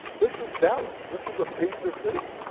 this is dallas. this is a major city.